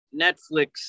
Netflix